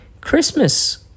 Christmas